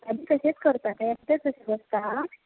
हा तशेंच करता तें एकटेंच अशें बसता